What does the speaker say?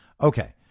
Okay